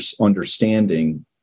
understanding